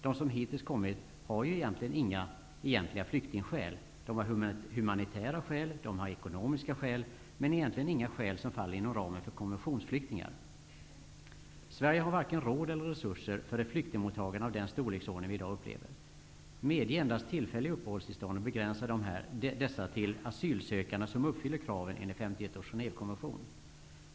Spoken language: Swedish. De som hittills kommit har ju inga egentliga flyktingskäl att åberopa -- de har humanitära skäl, ekonomiska skäl, men egentli gen inga skäl som faller inom ramen för konven tionsflyktingar. Sverige har varken råd eller resurser för ett flyktingmottagande av den storleksordning vi i dag upplever. Medge endast tillfälliga uppehålls tillstånd, och begränsa dessa till asylsökande som uppfyller kraven enligt 1951 års Genèvekonven tion.